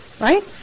right